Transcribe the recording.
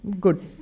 Good